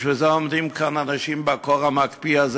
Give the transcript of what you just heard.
בשביל זה עומדים כאן אנשים בקור המקפיא הזה